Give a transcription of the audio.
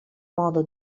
modo